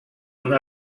una